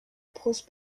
prose